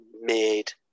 made